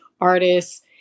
artists